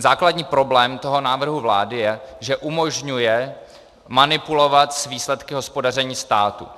Základní problém návrhu vlády je, že umožňuje manipulovat s výsledky hospodaření státu.